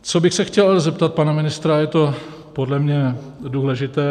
Co bych se chtěl zeptat pana ministra, je to podle mě důležité.